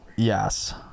Yes